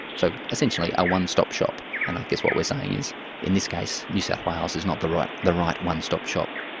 so essentially, a one-stop shop and i guess what we're saying is in this case new south wales is not the right the right one-stop shop.